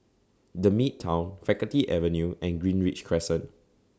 The Midtown Faculty Avenue and Greenridge Crescent